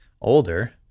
older